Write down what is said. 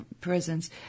prisons